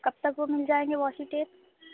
کب تک وہ مِل جائیں گے واشو ٹیپ